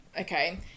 okay